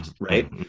right